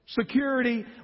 security